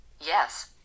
Yes